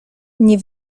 nie